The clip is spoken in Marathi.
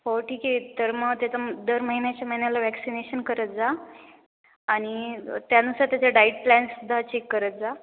हो ठीक आहे तर मग त्याचा दर महिन्याच्या महिन्याला वॅक्सिनेशन करत जा आणि त्यानुसार त्याच्या डाईट प्लॅनसुद्धा चेक करत जा